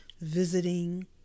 visiting